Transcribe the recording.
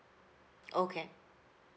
okay